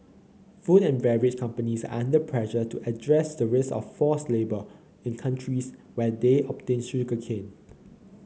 food and beverage companies are under pressure to address the risk of forced labour in countries where they obtain sugarcane